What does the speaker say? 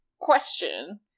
question